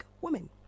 women